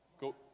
go